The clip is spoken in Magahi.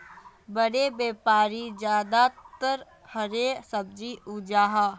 बड़े व्यापारी ज्यादातर हरा सब्जी उपजाहा